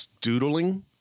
doodling